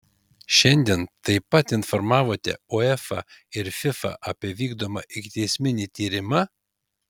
šiandien taip pat informavote uefa ir fifa apie vykdomą ikiteisminį tyrimą